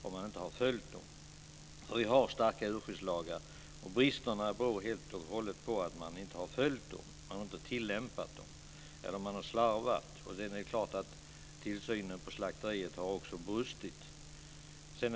Vi har nämligen starka djurskyddslagar, och bristerna beror helt och hållet på att man inte har följt dem. Man har inte tillämpat dem. Man har slarvat. Sedan är det klart att tillsynen på slakteriet har brustit.